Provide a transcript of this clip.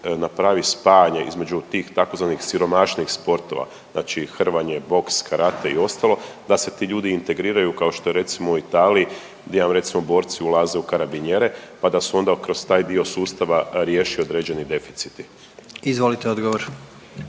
napravi spajanje između tih tzv. siromašnijih sportova, znači hrvanje, boks, karate i ostalo da se ti ljudi integriraju kao što je recimo u Italiji gdje vam recimo borci ulaze u karabinjere pa da onda kroz taj dio sustava riješi određeni deficit. **Jandroković,